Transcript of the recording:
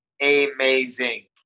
amazing